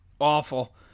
Awful